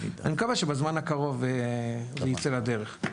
אני מקווה שבזמן הקרוב זה יצא לדרך.